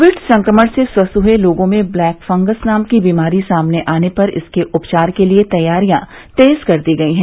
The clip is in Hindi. कोविड संक्रमण से स्वस्थ हुए लोगों में ब्लैक फगस नाम की बीमारी सामने आने पर इसके उपचार के लिये तैयारियां तेज कर दी गयी हैं